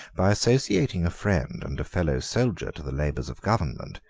by associating a friend and a fellow-soldier to the labors of government,